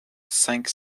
cinq